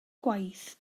gwaith